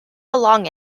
along